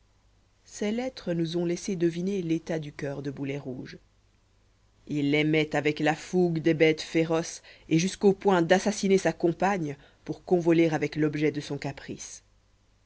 ces lettres nous ont laissé deviner l'état du coeur de boulet rouge il aimait avec la fougue des bêtes féroces et jusqu'au point d'assassiner sa compagne pour convoler avec l'objet de son caprice